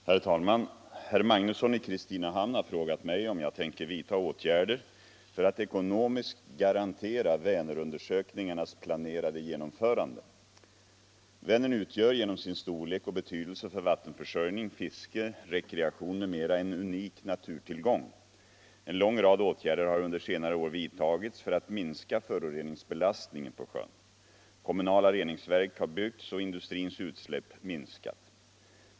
Herr talman! Herr Magnusson i Kristinehamn har frågat mig om jag tänker vidta åtgärder för att ekonomiskt garantera Vänerundersökningarnas planerade genomförande. Vänern utgör genom sin storlek och betydelse för vattenförsörjning, fiske, rekreation m.m. en unik naturtillgång. En lång rad åtgärder har under senare år vidtagits för att minska föroreningsbelastningen på sjön. Kommunala reningsverk har byggts och industrins utsläpp minskat.